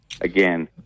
Again